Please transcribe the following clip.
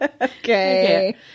okay